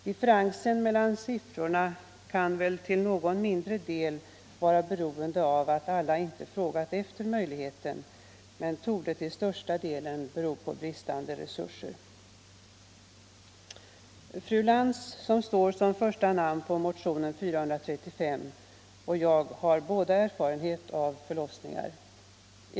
Differensen mellan siffrorna kan väl till någon mindre del vara beroende av att alla inte frågat efter möjligheten, men den torde till största delen bero på bristande resurser. Fru Lantz, som står som första namn på motionen 435, och jag har båda erfarenhet av förlossningar.